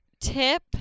tip